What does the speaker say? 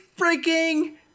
freaking